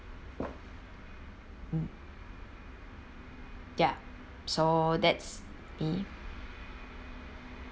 mm ya so that's me